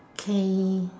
k